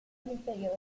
inferiore